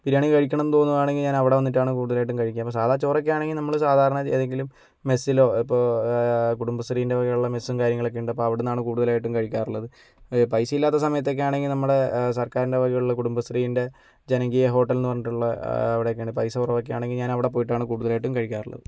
ബിരിയാണി കഴിക്കണമെന്ന് തോന്നുകയാണെങ്കിൽ ഞാൻ അവിടെ വന്നിട്ടാണ് കൂടുതലായിട്ടും കഴിക്കുക അപ്പം സാദാ ചോറൊക്കെയാണെങ്കിൽ നമ്മൾ സാധാരണ ഏതെങ്കിലും മെസ്സിലോ ഇപ്പം കുടുംബശ്രീയുടെ വകയുള്ള മെസ്സും കാര്യങ്ങളൊക്കെയുണ്ട് അപ്പം അവിടുന്നാണ് കൂടുതലായിട്ടും കഴിക്കാറുള്ളത് അത് പൈസയില്ലാത്ത സമയത്തൊക്കെയാണങ്കിൽ നമ്മുടെ സർക്കാരിൻ്റെ വകയുള്ള കുടുംബശ്രീയുടെ ജനകീയ ഹോട്ടലെന്ന് പറഞ്ഞിട്ടുള്ള അവിടെയൊക്കെയാണ് പൈസ കുറവൊക്കെ ആണെങ്കിൽ ഞാൻ അവിടെ പോയിട്ടാണ് കൂടുതലായിട്ടും കഴിക്കാറുള്ളത്